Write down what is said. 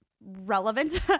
relevant